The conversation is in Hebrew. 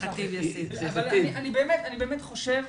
אני חושב